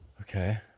Okay